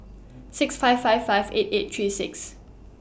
six five five five eight eight three six